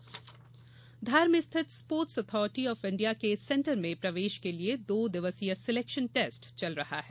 साई चयन धार मे स्थित स्पोर्ट्स अथॉरिटी ऑफ़ इंडिया के सेंटर में प्रवेश के लिए दो दिवसीय सिलेक्शन टेस्ट चल रहा है